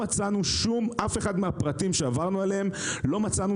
באף אחד מהפרטים שעברנו עליהם לא מצאנו